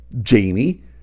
Jamie